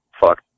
fuck